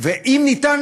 ואם ניתן